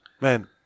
man